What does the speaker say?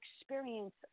experience